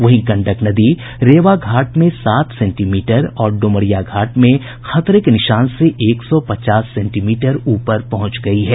वहीं गंडक नदी रेवा घाट में सात सेंटीमीटर और डुमरिया घाट में खतरे के निशान से एक सौ पचास सेंटीमीटर ऊपर पहुंच गयी है